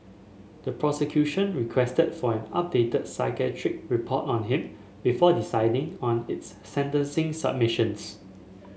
the prosecution requested for an updated psychiatric report on him before deciding on its sentencing submissions